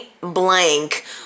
blank